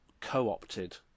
co-opted